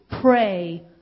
pray